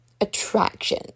attraction